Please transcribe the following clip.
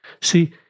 See